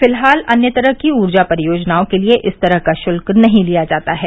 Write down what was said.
फिलहाल अन्य तरह की ऊर्जा परियोजनाओं के लिए इस तरह का शुल्क नहीं लिया जाता है